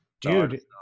dude